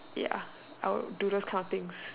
ya I would do those kind of things